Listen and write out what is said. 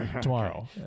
tomorrow